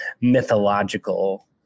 mythological